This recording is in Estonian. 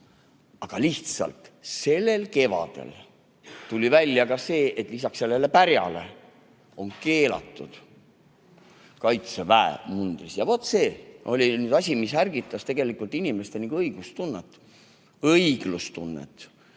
Aga lihtsalt sellel kevadel tuli välja ka see, et lisaks sellele pärjale on keelatud Kaitseväe mundrid, ja vaat see oli asi, mis ärgitas tegelikult inimeste õiglustunnet. Sest nüüd